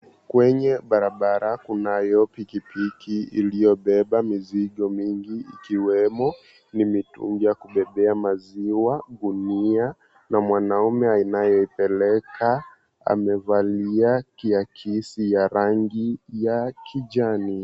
Kwenye barabara kunayo pikipiki iliyobeba mizigo mingi, ikiwemo: mitungi ya kubebea maziwa, gunia, na mwanaume anayepeleka amevalia kiakisi ya rangi ya kijani.